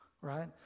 Right